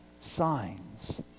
signs